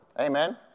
Amen